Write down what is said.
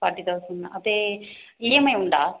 forty thousand தான் அப்படியே EMI உண்டா